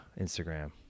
Instagram